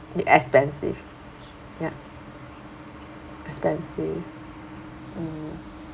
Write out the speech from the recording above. is it expensive yup expensive mm